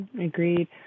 Agreed